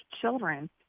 children